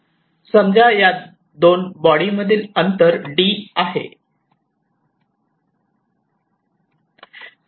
समजा या दोन बॉडी मधील अंतर 'd' आहे